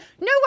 no